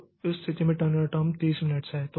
तो उस स्थिति में टर्नअराउंड टाइम 30 मिनट है